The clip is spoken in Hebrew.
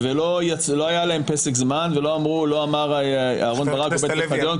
לא היה עליהם פסק זמן ולא אמר אהרן ברק בבית המשפט העליון,